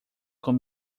com